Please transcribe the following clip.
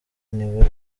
niwe